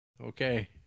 Okay